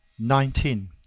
nineteen.